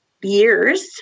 years